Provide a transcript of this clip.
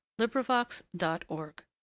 LibriVox.org